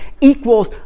equals